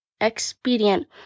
expedient